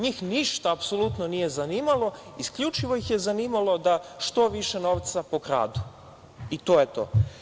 Njih ništa apsolutno nije zanimalo, isključivo ih je zanimalo da što više novca pokradu i to je to.